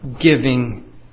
giving